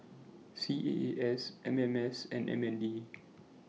C A A S M M S and M N D